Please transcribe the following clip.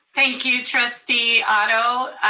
thank you trustee otto.